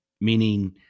meaning